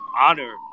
honor